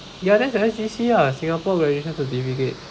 ya that's your S_G_C ah singapore graduation certificate